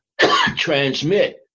transmit